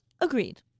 Agreed